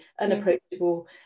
unapproachable